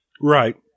Right